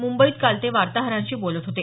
मुंबईत काल ते वार्ताहरांशी बोलत होते